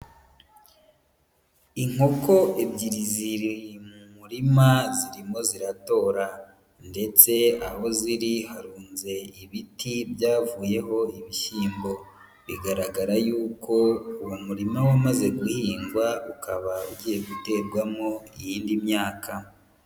Inkoko ebyiri ziri mu murima zirimo ziratora ndetse aho ziri harunze ibiti byavuyeho ibishyimbo, bigaragara yuko uwo murima wamaze guhingwa ukaba ugiye guterwamo iyindi myaka.